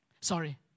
Sorry